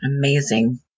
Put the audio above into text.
Amazing